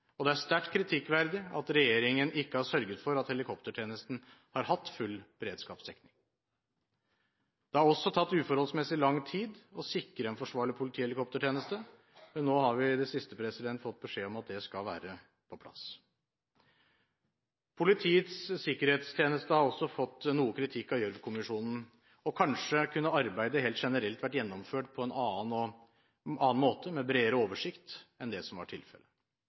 og det er sterkt kritikkverdig at regjeringen ikke har sørget for at helikoptertjenesten har hatt full beredskapsdekning. Det har også tatt uforholdsmessig lang tid å sikre en forsvarlig politihelikoptertjeneste, men nå har vi i det siste fått beskjed om at dette skal være på plass. Politiets sikkerhetstjeneste har også fått noe kritikk av Gjørv-kommisjonen, og kanskje kunne arbeidet helt generelt vært gjennomført på en annen måte med bredere oversikt enn det som var tilfellet.